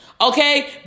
Okay